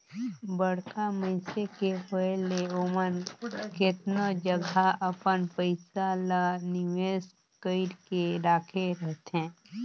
बड़खा मइनसे के होए ले ओमन केतनो जगहा अपन पइसा ल निवेस कइर के राखे रहथें